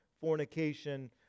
fornication